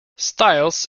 styles